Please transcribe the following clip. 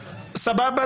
סבבה,